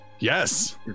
Yes